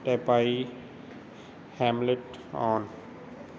ਪੈਪਾਈ hamlet on